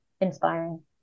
inspiring